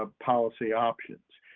ah policy options,